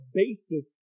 basis